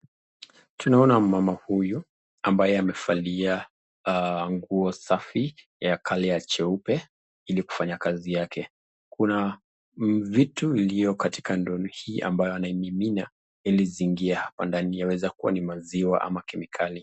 Tunaona mama huyu ambaye anevalia nguo safi ya(cs) color(cs)ya jeupe ili afanye kazi yake, Kuna vitu ilioko katika ndoo hii ambayo anaimimina ili ziingie hapa ndani yaweza kuwa maziwa ama kemikali.